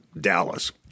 Dallas